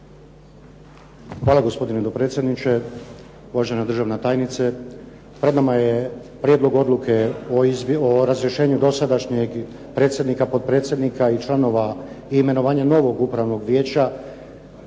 Hvala. Gospodine dopredsjedniče, uvažena državna tajnice. Pred nama je Prijedlog odluke o razrješenju dosadašnjeg predsjednika, potpredsjednika i članova i imenovanju novog Upravnog vijeća